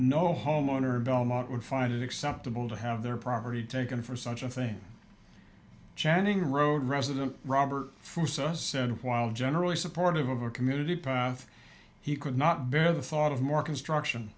no homeowner in belmont would find it acceptable to have their property taken for such a thing channing road resident robert for sunset while generally supportive of our community path he could not bear the thought of more construction